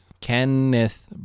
Kenneth